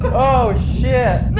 oh, shit. no!